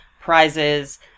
prizes